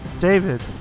David